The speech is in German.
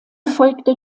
folgte